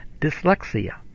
dyslexia